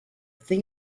thing